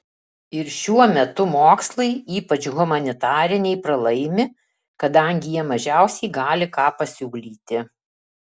ir šiuo metu mokslai ypač humanitariniai pralaimi kadangi jie mažiausiai gali ką pasiūlyti